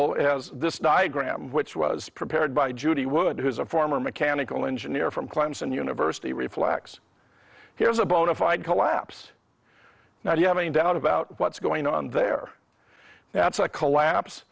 has this diagram which was prepared by judy wood who's a former mechanical engineer from clemson university reflects here is a bonafide collapse now if you have any doubt about what's going on there that's a collapse